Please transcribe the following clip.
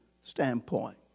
standpoint